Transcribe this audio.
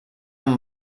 amb